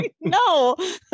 No